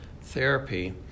therapy